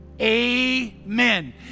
amen